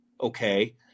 Okay